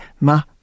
ma-